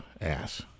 ass